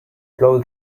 blow